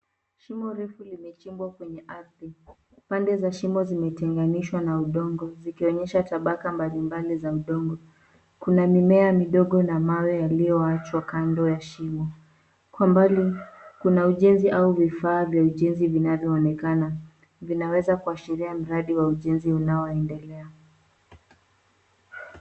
Shimo refu limechimbwa kwenye ardhi. Pande za shimo zimetanganishwa na udongo zikionyesha tabaka mbalimbali za udongo. Kuna mimea midogo na mawe yaliyoachwa kando ya shimo. Kwa mbali kuna ujenzi au vifaa vya ujenzi vinavyoonekana, vinaweza kuashiria mradi wa ujenzi unaoendelea.